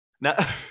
now